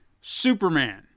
Superman